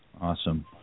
Awesome